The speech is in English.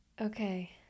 Okay